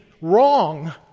wrong